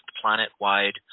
planet-wide